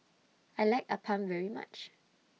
I like Appam very much